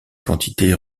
quantités